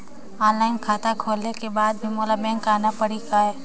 Online खाता खोले के बाद भी मोला बैंक आना पड़ही काय?